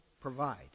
provide